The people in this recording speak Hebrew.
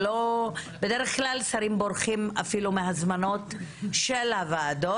בדרך כלל שרים בורחים אפילו מהזמנות של הוועדות.